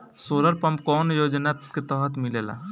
Solar pump कौने योजना के तहत मिलेला?